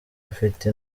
rufite